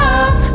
up